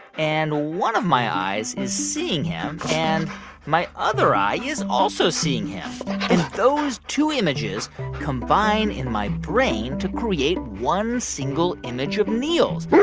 and one of my eyes is seeing him, and my other eye is also seeing him, and those two images combine in my brain to create one single image of niels.